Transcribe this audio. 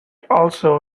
also